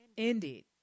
Indeed